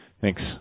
Thanks